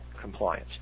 compliance